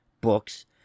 books